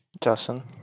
Justin